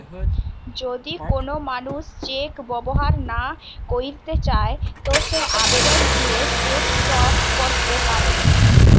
যদি কোন মানুষ চেক ব্যবহার না কইরতে চায় তো সে আবেদন দিয়ে চেক স্টপ ক্যরতে পারে